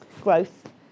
growth